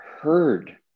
heard